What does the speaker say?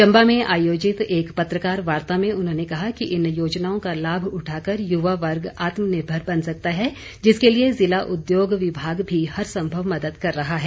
चंबा में आयोजित एक पत्रकार वार्ता में उन्होंने कहा कि इन योजनाओं का लाभ उठाकर युवा वर्ग आत्मनिर्भर बन सकता है जिसके लिए जिला उद्योग विभाग भी हर संभव मदद कर रहा है